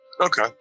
Okay